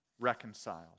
reconciles